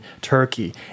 Turkey